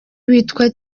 witwa